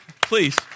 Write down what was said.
please